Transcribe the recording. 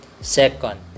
Second